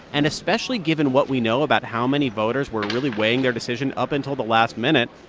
and especially given what we know about how many voters were really weighing their decision up until the last minute,